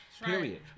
period